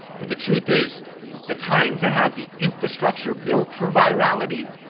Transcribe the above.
but the truth is the time to have the infrastructure built for virality,